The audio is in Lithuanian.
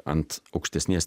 ant aukštesnės